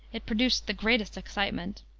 it produced the greatest excitement.